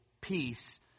peace